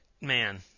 Man